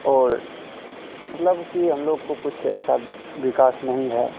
और मतलब कि हम लोग को कुछ ऐसा विकास नहीं है